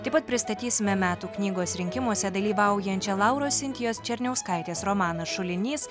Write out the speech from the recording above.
taip pat pristatysime metų knygos rinkimuose dalyvaujančią lauros sintijos černiauskaitės romaną šulinys